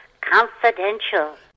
Confidential